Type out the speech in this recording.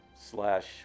slash